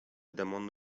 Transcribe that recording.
demon